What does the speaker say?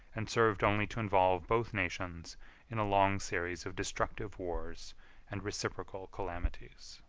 and served only to involve both nations in a long series of destructive wars and reciprocal calamities.